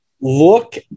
look